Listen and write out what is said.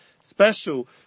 special